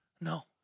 No